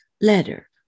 letter